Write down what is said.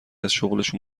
ازشغلشون